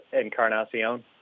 Encarnacion